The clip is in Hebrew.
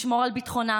לשמור על ביטחונה,